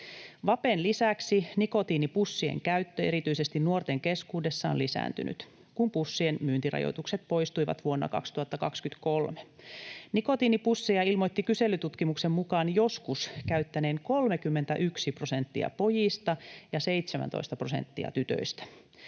Vapen lisäksi nikotiinipussien käyttö erityisesti nuorten keskuudessa on lisääntynyt, kun pussien myyntirajoitukset poistuivat vuonna 2023. Nikotiinipusseja ilmoitti kyselytutkimuksen mukaan joskus käyttäneen 31 prosenttia pojista ja 17 prosenttia tytöistä.